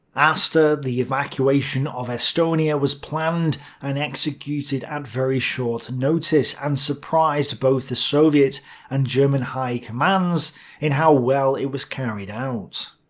aster, the evacuation of estonia, was planned and executed executed at very short notice, and surprised both the soviet and german high commands in how well it was carried out.